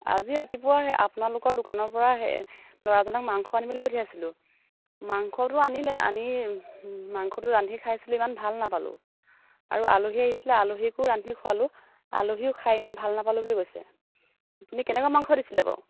আজি ৰাতিপুৱা সেই আপোনালোকৰ দোকানৰপৰা সেই ল'ৰাজনক মাংস আনিবলৈ পঠিয়াইছিলোঁ মাংসটো আনিলে আনি মাংসটো ৰান্ধি খাইছিলোঁ ইমান ভাল নাপালোঁ আৰু আলহী আহিছিলে আলহীকো ৰান্ধি খুৱালোঁ আলহীও খাই ইমনা ভাল নাপালো বুলি কৈছে আপুনি কেনেকুৱা মাংস দিছিলে বাৰু